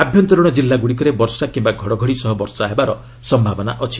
ଆଭ୍ୟନ୍ତରୀଣ ଜିଲ୍ଲାଗୁଡ଼ିକରେ ବର୍ଷା କିମ୍ବା ଘଡ଼ଘଡ଼ି ସହ ବର୍ଷା ହେବାର ସମ୍ଭାବନା ଅଛି